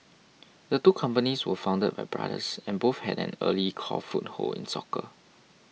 the two companies were founded by brothers and both had an early core foothold in soccer